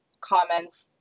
comments